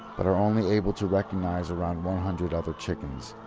but are only able to recognise around one hundred other chickens.